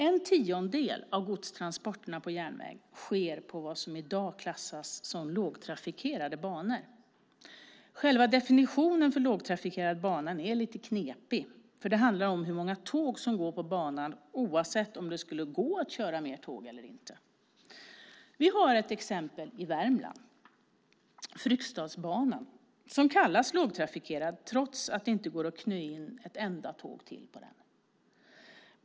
En tiondel av godstransporterna på järnväg sker på vad som i dag klassas som lågtrafikerade banor. Själva definitionen för lågtrafikerad bana är lite knepig, för det handlar om hur många tåg som går på banan oavsett om det skulle gå att köra fler tåg eller inte. Vi har ett exempel i Värmland - Fryksdalsbanan som kallas lågtrafikerad trots att det inte går att knö in ett enda tåg till.